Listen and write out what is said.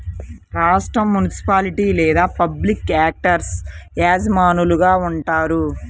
రాష్ట్రం, మునిసిపాలిటీ లేదా public actors యజమానులుగా ఉంటారు